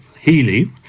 Healy